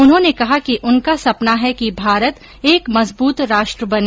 उन्होंने कहा कि उनका सपना है कि भारत एक मजबूत राष्ट्र बने